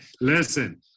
listen